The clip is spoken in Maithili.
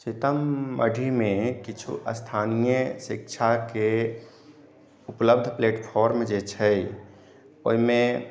सीतामढ़ी मे किछो स्थानीय शिक्षा के उपलब्ध प्लेटफोर्म जे छै ओहिमे